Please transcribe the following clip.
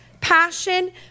passion